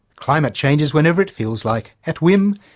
climate changes whenever it feels like, at whim,